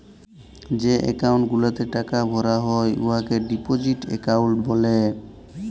যে একাউল্ট গুলাতে টাকা ভরা হ্যয় উয়াকে ডিপজিট একাউল্ট ব্যলে